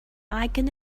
icon